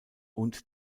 und